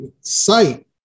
sight